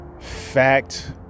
fact